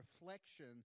reflection